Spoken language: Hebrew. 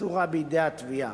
מסורה בידי התביעה.